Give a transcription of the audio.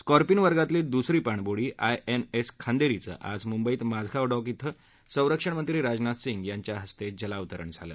Scorpene वर्गातली दुसरी पाणवूडी आय एन एस खांदेरी चं आज मुंबईत माझगाव डॉक इथं संरक्षणमंत्री राजनाथ सिंग यांच्या हस्ते जलावतरण झालं